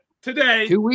Today